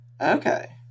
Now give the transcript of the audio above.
Okay